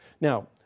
Now